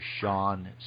Sean